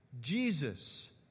Jesus